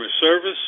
service